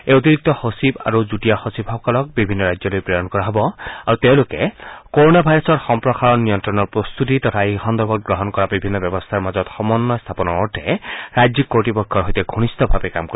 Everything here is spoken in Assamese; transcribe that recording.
এই অতিৰিক্ত সচিব আৰু যুটীয়া সচিবসকলক ৰাজ্যসমূহলৈ প্ৰেৰণ কৰা হব আৰু তেওঁলোকে ক'ৰণা ভাইৰাছৰ সম্পৰসাৰণ নিয়ন্ত্ৰণৰ প্ৰস্তুতি আৰু এই সন্দৰ্ভত গ্ৰহণ কৰা ব্যৱস্থাৰ মাজত সমন্বয় স্থাপনৰ অৰ্থে ৰাজ্যিক কৰ্ত্বপক্ষৰ সৈতে ঘনিষ্ঠভাৱে কাম কৰিব